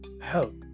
help